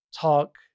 talk